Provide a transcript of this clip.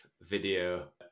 video